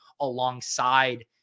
alongside